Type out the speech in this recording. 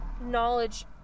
knowledge